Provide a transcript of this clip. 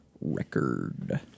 Record